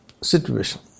situation